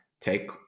Take